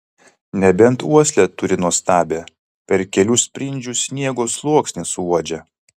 nebent uoslę turi nuostabią per kelių sprindžių sniego sluoksnį suuodžia